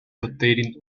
rotating